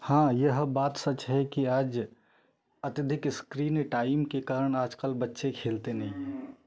हाँ यह बात सच है कि आज अत्यधिक इस्क्रीन टाइम के कारण आज कल बच्चे खेलते नहीं